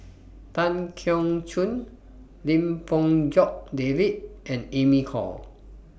Tan Keong Choon Lim Fong Jock David and Amy Khor